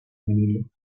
vinilo